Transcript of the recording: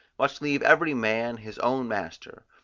must leave every man his own master,